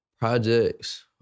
Projects